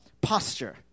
posture